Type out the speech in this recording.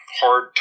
hard